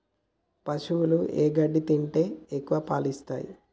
పశువులు ఏ గడ్డి తింటే ఎక్కువ పాలు ఇస్తాయి?